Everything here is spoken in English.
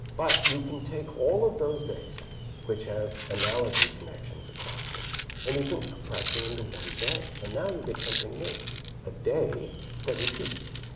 but you can take all of those days which have analogy connections across them and you can compress them into one day, and now you get something new a day that repeats.